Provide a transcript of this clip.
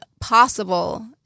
possible